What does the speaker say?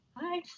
bye